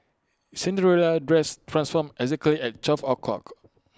Cinderella's dress transformed exactly at twelve o'clock